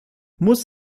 muss